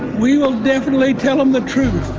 we will definitely tell them the truth.